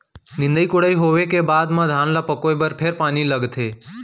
निंदई कोड़ई होवे के बाद म धान ल पकोए बर फेर पानी लगथे